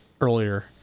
earlier